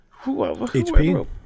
HP